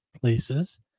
places